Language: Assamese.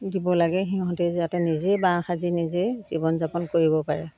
দিব লাগে সিহঁতে যাতে নিজেই বাঁহ সাজি নিজেই জীৱন যাপন কৰিব পাৰে